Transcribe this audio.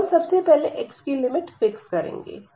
अब हम सबसे पहले x की लिमिट फिक्स करेंगे